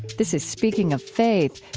this is speaking of faith.